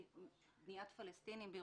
זה